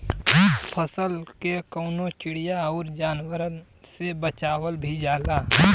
फसल के कउनो चिड़िया आउर जानवरन से बचावल भी जाला